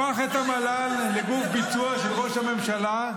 הפך את המל"ל לגוף ביצוע של ראש הממשלה,